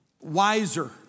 wiser